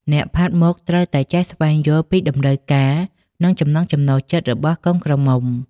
អ្នកផាត់មុខត្រូវតែចេះស្វែងយល់ពីតម្រូវការ និងចំណង់ចំណូលចិត្តរបស់កូនក្រមុំ។